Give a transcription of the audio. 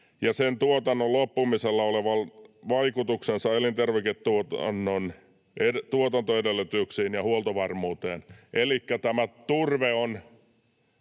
ja sen tuotannon loppumisella on vaikutuksensa elintarviketuotannon tuotantoedellytyksiin ja huoltovarmuuteen. Elikkä turve on